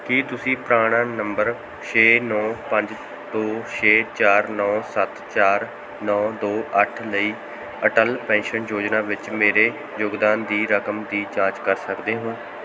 ਕੀ ਤੁਸੀਂ PRAN number ਛੇ ਨੌਂ ਪੰਜ ਦੋ ਛੇ ਚਾਰ ਨੌਂ ਸੱਤ ਚਾਰ ਨੌਂ ਦੋ ਅੱਠ ਲਈ ਅਟਲ ਪੈਨਸ਼ਨ ਯੋਜਨਾ ਵਿੱਚ ਮੇਰੇ ਯੋਗਦਾਨ ਦੀ ਰਕਮ ਦੀ ਜਾਂਚ ਕਰ ਸਕਦੇ ਹੋ